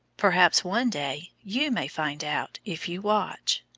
perhaps one day you may find out if you watch.